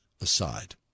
aside